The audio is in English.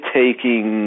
taking